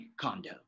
condo